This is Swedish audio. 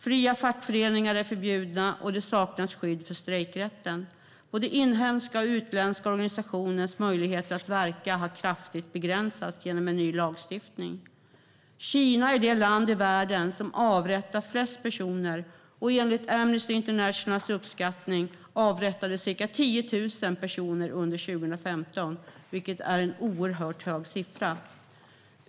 Fria fackföreningar är förbjudna, och det saknas skydd för strejkrätten. Både inhemska och utländska organisationers möjlighet att verka har kraftigt begränsats genom ny lagstiftning, Kina är det land i världen som avrättar flest personer. Enligt Amnesty Internationals uppskattningar avrättades ca 10 000 personer under 2015, vilket är en oerhört hög siffra.